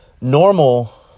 Normal